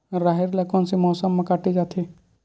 राहेर ल कोन से मौसम म काटे जाथे?